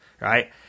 right